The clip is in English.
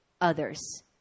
others